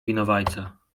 winowajca